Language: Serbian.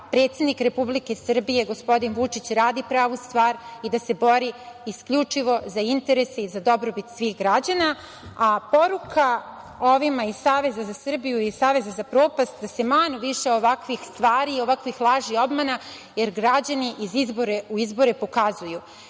predsednik Republike Srbije gospodin Vučić radi pravu stvar i da se bori isključivo za interese i za dobrobit svih građana, a poruka ovima iz Saveza za Srbiju i saveza za propast da se manu više ovakvih stvari, ovakvih laži i obmana, jer građani iz izbore u izbore pokazuju